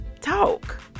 talk